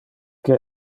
que